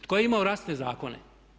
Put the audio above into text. Tko je imao rasne zakone?